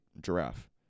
Giraffe